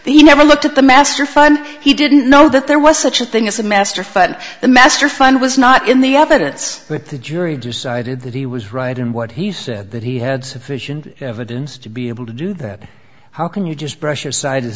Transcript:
and he never looked at the master fund he didn't know that there was such a thing as a master fund the master fund was not in the evidence that the jury decided that he was right in what he said that he had sufficient evidence to be able to do that how can you just brush aside